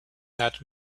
that